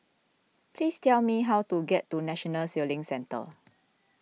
please tell me how to get to National Sailing Centre